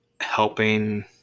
helping